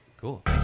Cool